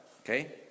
okay